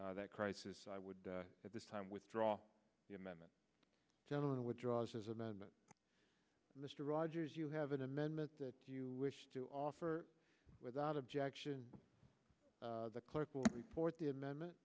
that crisis i would at this time withdraw the amendment gentlemen withdraws his amendment mr rogers you have an amendment that you wish to offer without objection the clerk will report the amendment